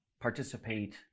participate